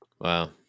Wow